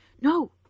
No